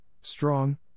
strong